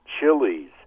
chilies